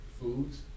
foods